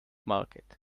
market